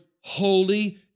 holy